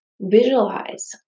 Visualize